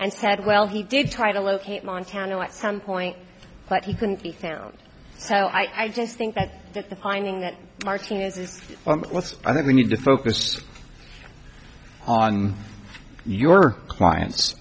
and said well he did try to locate montana what some point but he couldn't be found so i just think that that's the finding that martinez is i think we need to focus on your client